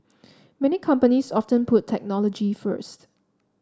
many companies often put technology first